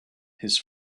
his